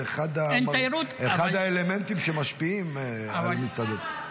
זה אחד האלמנטים שמשפיעים על מסעדות.